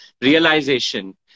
realization